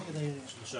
שלושה.